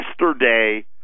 Yesterday